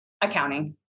Accounting